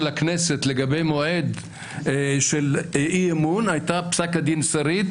הכנסת לגבי מועד של אי-אמון הייתה פסק דין שריד,